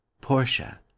portia